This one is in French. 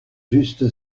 juste